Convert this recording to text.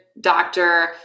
doctor